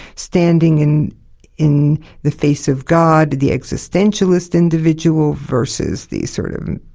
standing in in the face of god the existentialist individual versus the sort of,